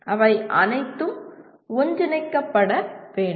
அவை அனைத்தும் ஒன்றிணைக்கப்பட வேண்டும்